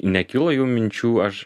nekilo jum minčių aš